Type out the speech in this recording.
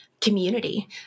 community